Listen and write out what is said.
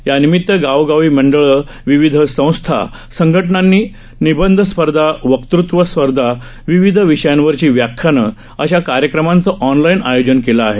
यानिमित गावोगावची मंडळ विविध संस्था संघ नानी निबंध स्पर्धा वक्तृत्व स्पर्धा विविध विषयांवरची व्याख्यानं अशा कार्यक्रमाचं ऑनलाईन आयोजन केलं आहे